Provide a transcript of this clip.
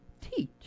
teach